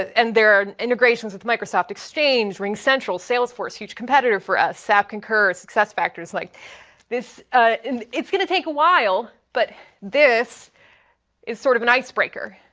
and their integrations with microsoft exchange, ringcentral, salesforce, huge competitor for us, sap concur, successfactors. like and it's going to take a while but this is sort of an icebreaker.